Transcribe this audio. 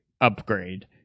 upgrade